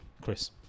Chris